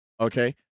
Okay